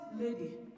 lady